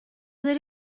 داری